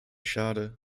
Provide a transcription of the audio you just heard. schade